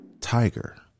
Tiger